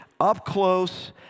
up-close